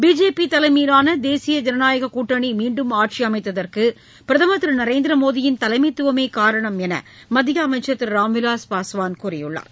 BJP தலைமையிலான தேசிய ஜனநாயக கூட்டணி மீண்டும் ஆட்சி அமைத்ததற்கு பிரதமர் திரு நரேந்திர மோடியின் தலைமைத்துவமே காரணம் என்று மத்திய அமைச்சர் திரு ராம்விலாஸ் பாஸ்வான் கூறியுள்ளார்